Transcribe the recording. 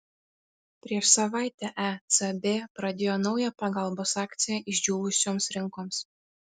prieš savaitę ecb pradėjo naują pagalbos akciją išdžiūvusioms rinkoms